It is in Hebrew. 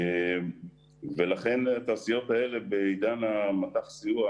לכן, התעשיות האלה בעידן מט"ח הסיוע